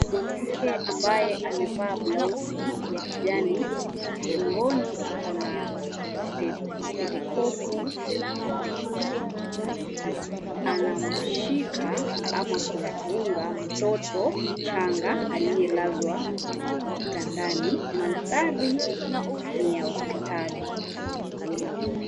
Mwanamke ambaye amevaa blausi ya kijani shingoni ako na stethekopu anamshika ama kumfunga mtoto mchanga aliyelazwa kitandani. Mandhari ni ya hospitali.